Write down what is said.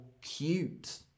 cute